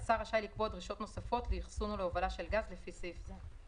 השר רשאי לקבוע דרישות נוספות לאחסון או להובלה של גז לפי סעיף זה.